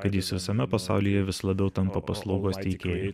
kad jis visame pasaulyje vis labiau tampa paslaugos teikėju